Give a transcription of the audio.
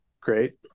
great